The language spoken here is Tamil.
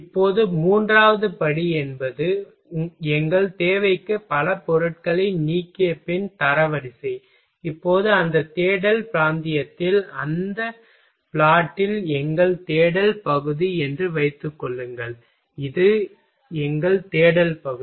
இப்போது மூன்றாவது படி என்பது எங்கள் தேவைக்கு பல பொருட்களை நீக்கிய பின் தரவரிசை இப்போது அந்த தேடல் பிராந்தியத்தில் அந்த பிளாட் ல் எங்கள் தேடல் பகுதி என்று வைத்துக் கொள்ளுங்கள் இது எங்கள் தேடல் பகுதி